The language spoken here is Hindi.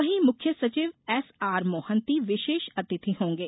वहीं मुख्य सचिव एसआर मोहंती विशेष अतिथि होंगे